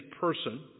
person